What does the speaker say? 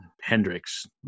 Hendrix